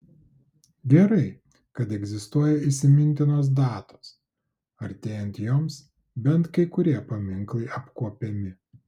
gerai kad egzistuoja įsimintinos datos artėjant joms bent kai kurie paminklai apkuopiami